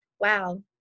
wow